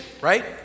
right